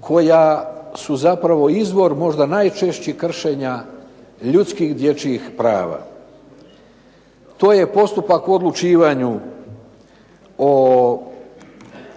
koja su zapravo izvor možda najčešćih kršenja ljudskih dječjih prava. To je postupak u odlučivanju o